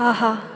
ஆஹா